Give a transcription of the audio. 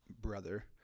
brother